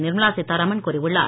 நிர்மலா சீத்தாராமன் கூறியுள்ளார்